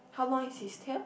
how long is his tail